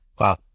Wow